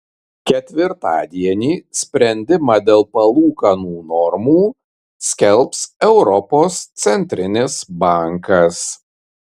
ketvirtadienį sprendimą dėl palūkanų normų skelbs europos centrinis bankas